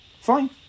Fine